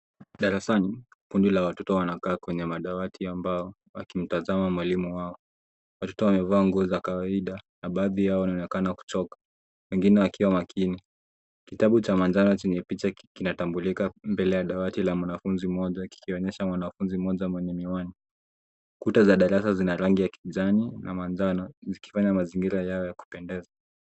Darasani, kundi la watoto wanakaa kwenye madawati ya mbao wakimtazama mwalimu wao. Watoto wamevaa nguo za kawaida na baadhi yao wanaonekana kuchoka wengine wakiwa makini. Kitabu cha manjano chenye picha kinatambulika mbele ya dawati la mwanafunzi mmoja kikionyesha mwanafunzi mmoja mwenye miwani. Kuta za darasa zina rangi ya kijani na manjano zikifanya mazingira yawe ya kupendeza.